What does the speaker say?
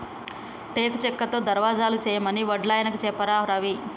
టేకు చెక్కతో దర్వాజలు చేయమని వడ్లాయనకు చెప్పారా రవి